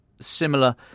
similar